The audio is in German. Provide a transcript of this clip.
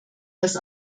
dass